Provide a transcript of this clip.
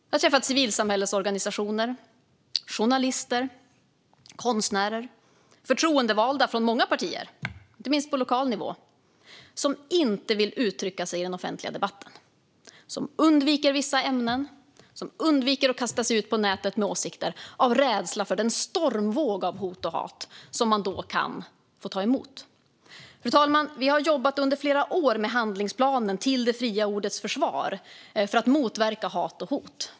Jag har träffat civilsamhällesorganisationer, journalister, konstnärer och förtroendevalda från många partier, inte minst på lokal nivå, som inte vill uttrycka sig i den offentliga debatten, som undviker vissa ämnen och som undviker att kasta sig ut på nätet med åsikter av rädsla för den stormvåg av hot och hat som man då kan få ta emot. Fru talman! Vi har under flera år jobbat med handlingsplanen till det fria ordets försvar för att motverka hat och hot.